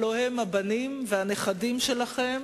הלוא הם הבנים והנכדים שלכם,